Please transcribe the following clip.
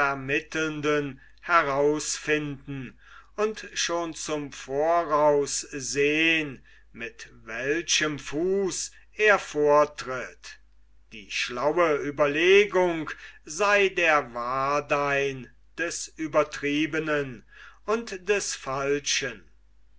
vermittelnden herausfinden und schon zum voraus sehn mit welchem fuß er vortritt die schlaue ueberlegung sei der wardein des übertriebenen und des falschen